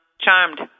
Charmed